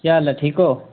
केह् हाल ऐ ठीक ओ